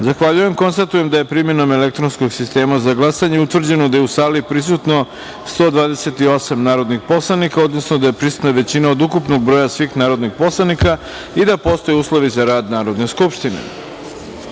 Zahvaljujem. Konstatujem da je primenom elektronskog sistema za glasanje utvrđeno da je u sali prisutno 128 narodnih poslanika, odnosno da je prisutna većina od ukupnog broja svih narodnih poslanika i da postoje uslovi za rad Narodne